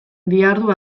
dihardu